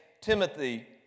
Timothy